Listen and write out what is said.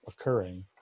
occurring